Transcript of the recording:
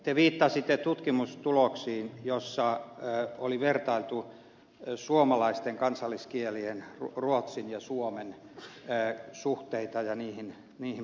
te viittasitte tutkimuksiin joissa oli vertailtu suomalaisten kansalliskielien ruotsin ja suomen suhteita ja niihin panostuksia